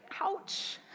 Ouch